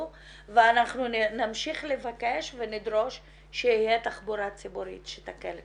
ואנחנו נמשיך לבקש ולדרוש שתהיה תחבורה ציבורית שתקל קצת.